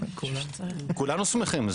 כולנו שמחים.